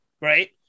Right